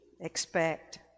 expect